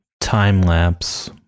time-lapse